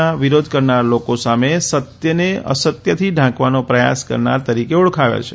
ના વિરોધ કરનારા લોકો સામે સત્યને અસત્યથી ઢાંકવાનો પ્રયાસ કરનાર તરીકે ઓળખાવ્યા છે